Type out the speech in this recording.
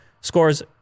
scores